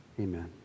Amen